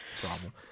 problem